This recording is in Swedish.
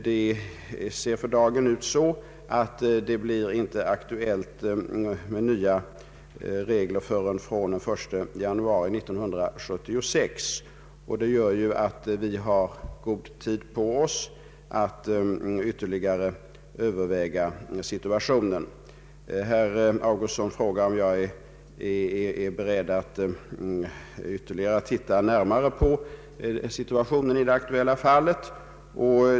Det ser för dagen ut så att det inte blir aktuellt med nya regler förrän från 1 januari 1976. Det gör att vi har god tid på oss att ytterligare överväga situationen. Herr Augustsson frågade om jag är beredd att titta närmare på situationen i det aktuella fallet.